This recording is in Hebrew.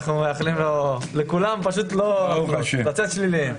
מאחלים לו ולכולם לצאת שליליים.